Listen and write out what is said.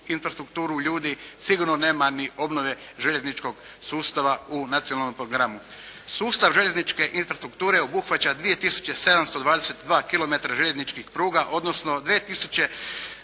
infrastrukturu ljudi sigurno nema ni obnove željezničkog sustava u Nacionalnom programu. Sustav željezničke infrastrukture obuhvaća 2722 kilometra željezničkih pruga, odnosno 2976